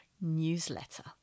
newsletter